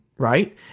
Right